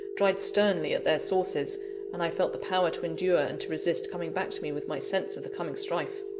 dried sternly at their sources and i felt the power to endure and to resist coming back to me with my sense of the coming strife.